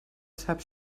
sap